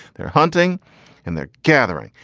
their hunting and their gathering.